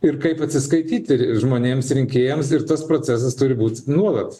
ir kaip atsiskaityti žmonėms rinkėjams ir tas procesas turi būt nuolat